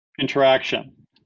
interaction